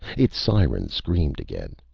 its siren screamed again.